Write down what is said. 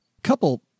couple